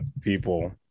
people